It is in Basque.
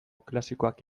klasikoak